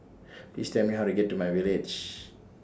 Please Tell Me How to get to MyVillage